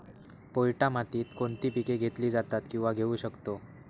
पोयटा मातीत कोणती पिके घेतली जातात, किंवा घेऊ शकतो?